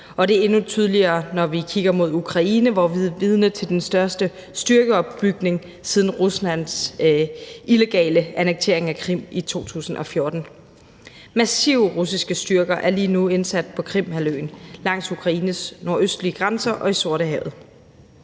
det er endnu tydeligere, når vi kigger mod Ukraine, hvor vi er vidner til den største styrkeopbygning siden Ruslands illegale annektering af Krim i 2014. Massive russiske styrker er lige nu indsat på Krimhalvøen, langs Ukraines nordøstlige grænser og i Sortehavet.